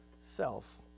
self